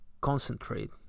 concentrate